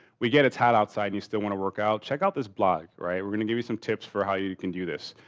we get it's hot outside and you still want to work out. check out this blog, right? we're gonna give you some tips for how you can do this.